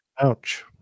Ouch